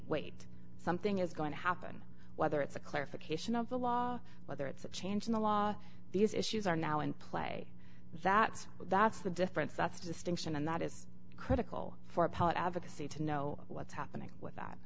wait something is going to happen whether it's a clarification of the law whether it's a change in the law these issues are now in play that that's the difference that's distinction and that is critical for appellate advocacy to know what's happening with that